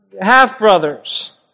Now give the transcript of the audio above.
half-brothers